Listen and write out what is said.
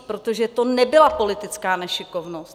Protože to nebyla politická nešikovnost.